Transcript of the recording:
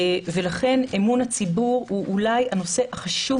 ולכן אמון הציבור הוא אולי הנושא החשוב